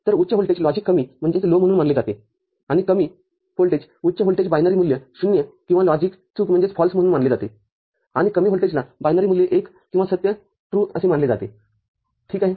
तर उच्च voltage logic कमी म्हणून मानले जातेआणि कमी व्होल्टेज उच्च व्होल्टेज बायनरी मूल्य ० किंवा लॉजिक चूक म्हणून मानले जाते आणि कमी व्होल्टेजला बायनरी मूल्य १ किंवा सत्य असे मानले जाते ठीक आहे